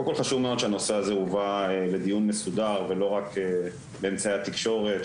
קודם כל חשוב מאוד שהנושא הזה הובא לדיון מסודר ולא רק באמצעי התקשורת,